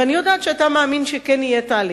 ואני יודעת שאתה מאמין שכן יהיה תהליך,